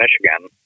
Michigan